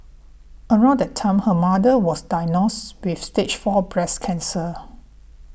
around that time her mother was diagnosed with Stage Four breast cancer